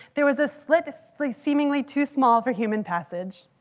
there was a split split seemingly too small for human passage.